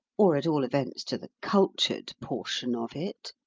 or at all events to the cultured portion of it.